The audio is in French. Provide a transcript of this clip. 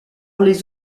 les